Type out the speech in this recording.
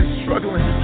struggling